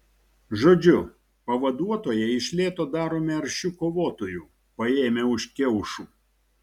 žodžiu pavaduotoją iš lėto darome aršiu kovotoju paėmę už kiaušų